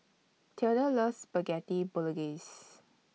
Theda loves Spaghetti Bolognese